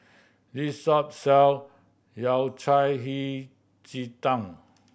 this shop sell Yao Cai Hei Ji Tang